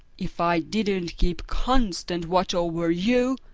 if i didn't keep constant watch over you,